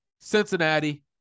Cincinnati